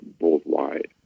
worldwide